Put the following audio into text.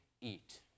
eat